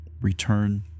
return